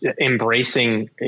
embracing